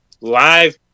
live